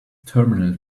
terminal